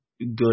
good